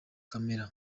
kamere